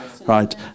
right